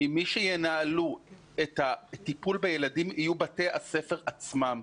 אם מי שינהלו את הטיפול בילדים יהיו בתי הספר עצמם.